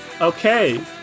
Okay